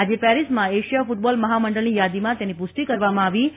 આજે પેરિસમાં Asia football મહામંડળની યાદીમાં તેની ્પૃષ્ટિ કરવામાં આવી છે